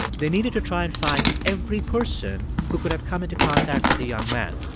they needed to try and find every person who could have come into contact with the young man.